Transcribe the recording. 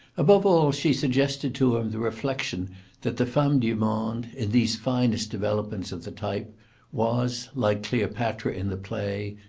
above all she suggested to him the reflexion that the femme du monde in these finest developments of the type was, like cleopatra in the play,